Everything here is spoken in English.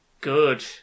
good